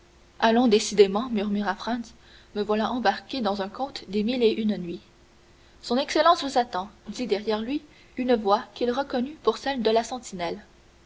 allons décidément murmura franz me voilà embarqué dans un conte des mille et une nuits son excellence vous attend dit derrière lui une voix qu'il reconnut pour celle de la sentinelle